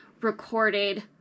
recorded